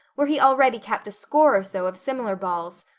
where he already kept a score or so of similar balls,